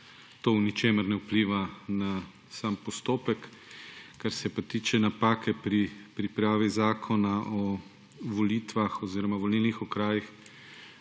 da v ničemer ne vpliva na sam postopek. Kar se pa tiče napake pri pripravi zakona o volitvah oziroma volilnih okrajih,